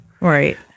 Right